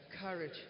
Courage